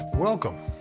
Welcome